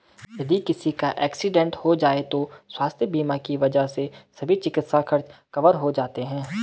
यदि किसी का एक्सीडेंट हो जाए तो स्वास्थ्य बीमा की वजह से सभी चिकित्सा खर्च कवर हो जाते हैं